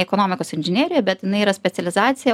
ekonomikos inžinerija bet jinai yra specializacija